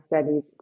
studies